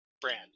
brand